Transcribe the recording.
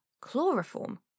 Chloroform